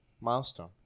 milestone